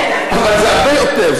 זה הרבה יותר,